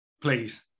please